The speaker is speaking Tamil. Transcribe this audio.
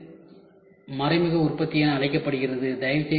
இது மறைமுக உற்பத்தி என அழைக்கப்படுகிறது